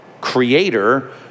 creator